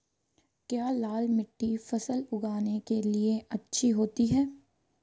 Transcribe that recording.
क्या लाल मिट्टी फसल उगाने के लिए अच्छी होती है?